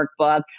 workbook